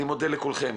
אני מודה לכולכם